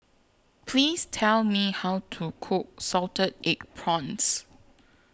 Please Tell Me How to Cook Salted Egg Prawns